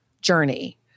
journey